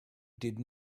did